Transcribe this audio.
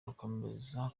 rukomeza